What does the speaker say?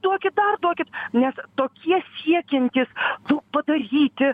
duokit dar duokit nes tokie siekiantys daug padaryti